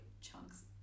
chunks